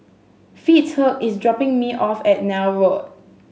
Fitzhugh is dropping me off at Neil Road